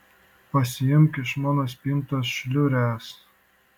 pasiimk iš mano spintos šliures